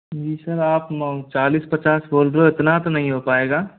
जी sir आप मांग चालीस पचास बोल रहे हो इतना तो नहीं हो पाएगा